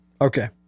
Okay